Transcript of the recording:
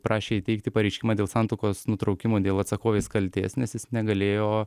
prašė įteikti pareiškimą dėl santuokos nutraukimo dėl atsakovės kaltės nes jis negalėjo